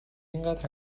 اینقدر